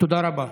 תודה רבה.